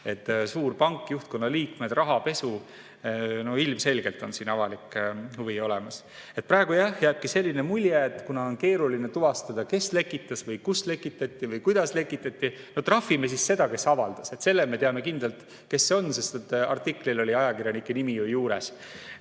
Suur pank, juhtkonna liikmed, rahapesu. No ilmselgelt on avalik huvi olemas. Praegu jääb selline mulje, et kuna on keeruline tuvastada, kes lekitas, kust lekitati või kuidas lekitati, siis no trahvime seda, kes avaldas. Me teame kindlalt, kes see on, sest artiklil on ajakirjaniku nimi juures.